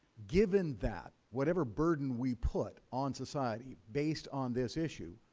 given that, whatever burden we put on society based on this issue,